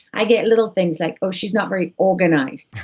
i get little things like, oh, she's not very organized.